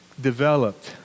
developed